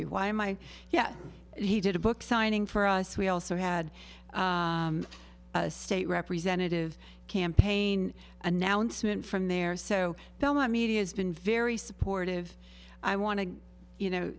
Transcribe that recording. you why am i yeah he did a book signing for us we also had a state representative campaign announcement from there so now my media has been very supportive i want to you know